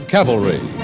Cavalry